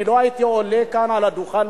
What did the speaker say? אני לא הייתי עולה כאן על הדוכן,